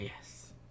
yes